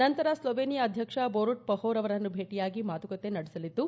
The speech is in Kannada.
ನಂತರ ಸ್ಲೊವೇನಿಯಾ ಅಧ್ಯಕ್ಷ ಬೋರುಟ್ ಪಹೋರ್ ಅವರನ್ನು ಭೇಟಿಯಾಗಿ ಮಾತುಕತೆ ನಡೆಸಲಿದ್ದು